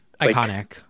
Iconic